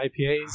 IPAs